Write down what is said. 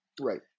Right